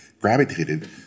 gravitated